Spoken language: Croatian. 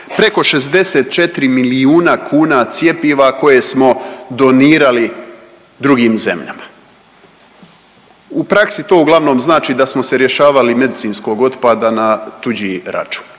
preko 64 milijuna kuna cjepiva koje smo donirali drugim zemljama. U praksi to uglavnom znači da smo se rješavali medicinskog otpada na tuđi račun.